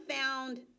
found